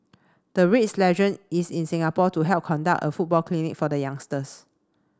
the reads legend is in Singapore to help conduct a football clinic for the youngsters